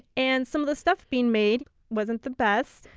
and some of the stuff being made wasn't the best,